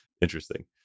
Interesting